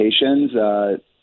locations